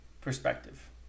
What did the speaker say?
perspective